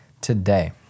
today